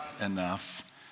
enough